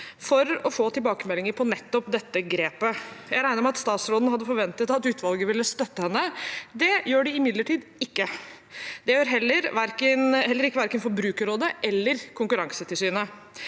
for å få tilbakemeldinger på nettopp dette grepet. Jeg regner med at statsråden hadde forventet at utvalget ville støtte henne. Det gjør det imidlertid ikke. Det gjør heller ikke verken Forbrukerrådet eller Konkurransetilsynet.